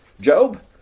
Job